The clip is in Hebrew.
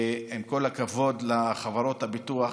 עם כל הכבוד לחברות הביטוח,